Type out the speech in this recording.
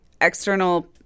external